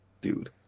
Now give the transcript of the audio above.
dude